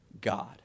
God